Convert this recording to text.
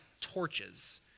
torches